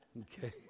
Okay